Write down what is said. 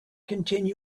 continue